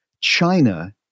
China